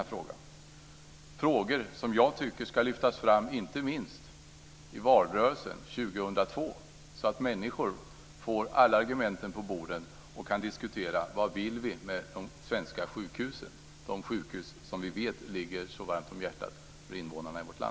Det är frågor som jag tycker ska lyftas fram inte minst i valrörelsen 2002 så att människor får alla argumenten på bordet och kan diskutera vad vi vill med de svenska sjukhusen, som vi vet ligger invånarna i vårt land så varmt om hjärtat.